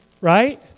Right